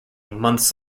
months